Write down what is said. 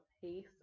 peace